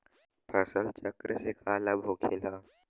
फसल चक्र से का लाभ होखेला?